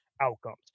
outcomes